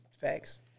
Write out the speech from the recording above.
facts